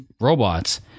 robots